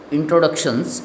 Introductions